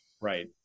Right